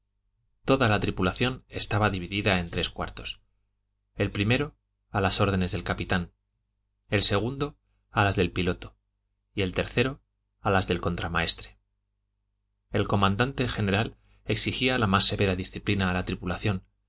toda la tripulación estaba dividida en tres cuartos el primero a las órdenes del capitán el segundo a las del piloto y el tercero a las del contramaestre el comandante general exigía la más severa disciplina a la tripulación